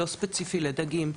לא ספציפי לדגים,